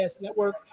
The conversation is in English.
network